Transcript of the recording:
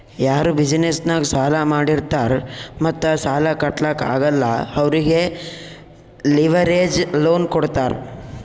ಯಾರು ಬಿಸಿನೆಸ್ ನಾಗ್ ಸಾಲಾ ಮಾಡಿರ್ತಾರ್ ಮತ್ತ ಸಾಲಾ ಕಟ್ಲಾಕ್ ಆಗಲ್ಲ ಅವ್ರಿಗೆ ಲಿವರೇಜ್ ಲೋನ್ ಕೊಡ್ತಾರ್